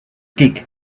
gig